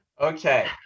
Okay